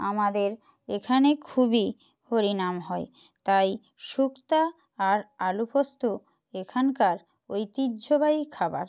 আমাদের এখানে খুবই হরিনাম হয় তাই শুক্তো আর আলু পোস্ত এখানকার ঐতিহ্যবাহী খাবার